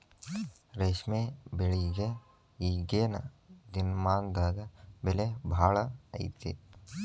ರೇಶ್ಮೆ ಬೆಳಿಗೆ ಈಗೇನ ದಿನಮಾನದಾಗ ಬೆಲೆ ಭಾಳ ಐತಿ